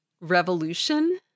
revolution